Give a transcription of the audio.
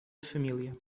família